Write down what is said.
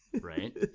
right